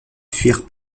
fuir